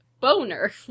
Boner